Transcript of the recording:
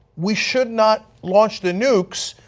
we should not launch the nukes,